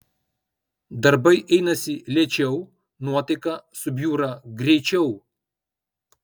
darbai einasi lėčiau nuotaika subjūra greičiau